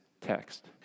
text